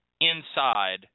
inside